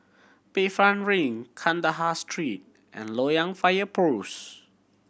Bayfront Link Kandahar Street and Loyang Fire Post